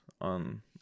on